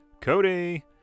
Cody